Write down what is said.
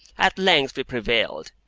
at length we prevailed,